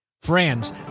Friends